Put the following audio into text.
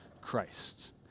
Christ